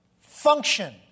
function